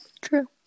True